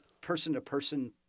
person-to-person